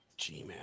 Gmail